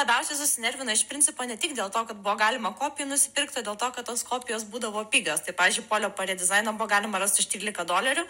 labiausiai susinervino iš principo ne tik dėl to kad buvo galima kopijų nusipirkt o dėl to kad tos kopijos būdavo pigios tai pavyzdžiui polio porė dizainą buvo galima rasti už trylika dolerių